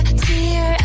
tear